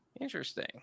Interesting